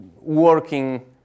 working